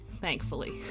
Thankfully